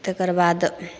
तेकरबाद